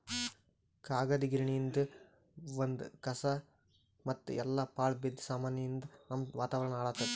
ಕಾಗದ್ ಗಿರಣಿಯಿಂದ್ ಬಂದ್ ಕಸಾ ಮತ್ತ್ ಎಲ್ಲಾ ಪಾಳ್ ಬಿದ್ದ ಸಾಮಾನಿಯಿಂದ್ ನಮ್ಮ್ ವಾತಾವರಣ್ ಹಾಳ್ ಆತ್ತದ